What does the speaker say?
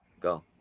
go